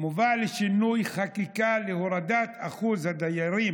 מובא שינוי חקיקה להורדת אחוז הדיירים